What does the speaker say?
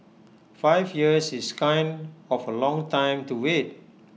five years is kind of A long time to wait